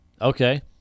Okay